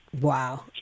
Wow